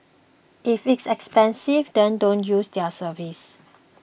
if it's expensive then don't use their service